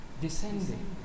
descending